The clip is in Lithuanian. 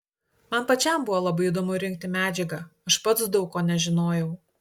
man pačiam buvo labai įdomu rinkti medžiagą aš pats daug ko nežinojau